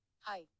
hi